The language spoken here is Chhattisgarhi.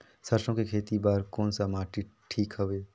सरसो के खेती बार कोन सा माटी ठीक हवे?